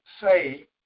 say